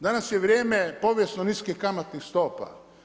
Danas je vrijeme povijesno niskih kamatnih stopa.